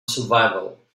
survival